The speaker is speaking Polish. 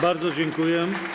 Bardzo dziękuję.